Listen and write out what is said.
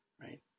right